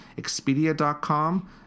expedia.com